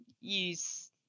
use